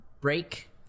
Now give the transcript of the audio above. break